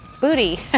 booty